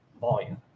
volume